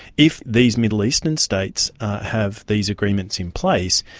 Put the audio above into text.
if these middle eastern states have these agreements in place,